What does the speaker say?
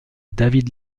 david